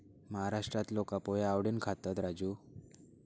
महाराष्ट्रात लोका पोहे आवडीन खातत, राजू